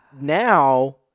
now